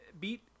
beat